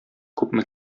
күпме